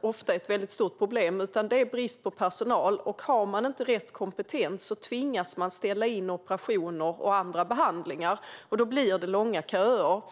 ofta är ett mycket stort problem, utan brist på personal. Har man inte tillgång till rätt kompetens tvingas man ställa in operationer och andra behandlingar, och då blir det långa köer.